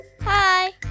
Hi